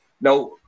Now